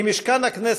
ממשכן הכנסת,